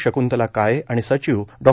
शक्तला काळे आणि सचिव डॉ